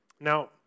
Now